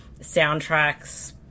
soundtracks